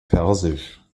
persisch